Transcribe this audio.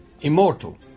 immortal